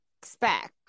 expect